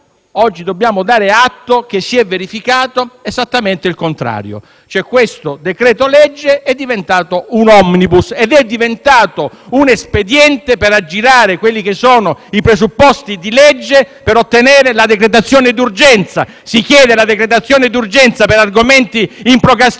un *omnibus*, si è verificato esattamente il contrario: questo decreto-legge è diventato un *omnibus* ed è diventato un espediente per aggirare i presupposti di legge per ottenere la decretazione d'urgenza. Si chiede la decretazione d'urgenza per argomenti improcrastinabili